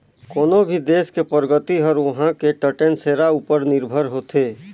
कोनो भी देस के परगति हर उहां के टटेन सेरा उपर निरभर होथे